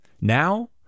Now